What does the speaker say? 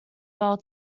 bell